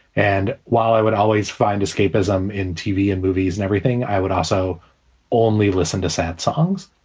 and while i would always find escapism in tv and movies and everything, i would also only listen to sad songs.